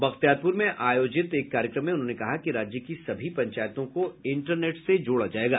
बख्तियारपुर में आयोजित एक कार्यक्रम में उन्होंने कहा कि राज्य की सभी पंचायतों को इंटरनेट से जोड़ा जायेगा